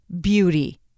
beauty